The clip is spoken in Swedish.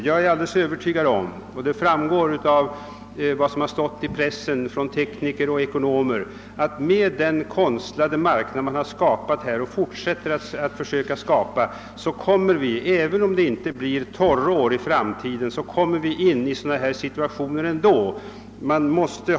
Jag är alldeles övertygad om — och det framgår av vad tekniker och ekonomer framfört i pressen — att med den konstlade marknad som man har skapat och fortsätter med att försöka skapa kommer vi ändå in i sådana här situationer, även om det i framtiden inte blir torrår.